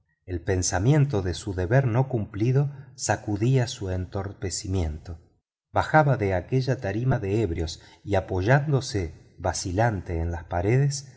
el pensamiento de su deber no cumplido sacudía su entorpecimiento bajaba de aquella tarima de ebrios y apoyándose vacilante en las paredes